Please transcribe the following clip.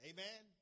Amen